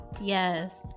Yes